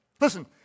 Listen